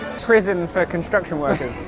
prison for construction workers.